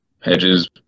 hedges